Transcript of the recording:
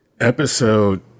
episode